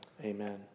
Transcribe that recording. Amen